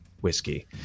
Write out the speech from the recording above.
whiskey